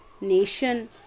nation